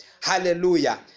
hallelujah